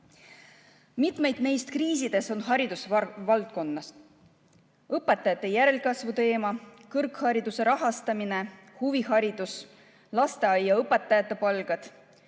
Mitmed neist kriisidest on haridusvaldkonnas: õpetajate järelkasv, kõrghariduse rahastamine, huviharidus, lasteaiaõpetajate palgad.